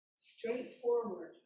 Straightforward